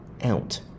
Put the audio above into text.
out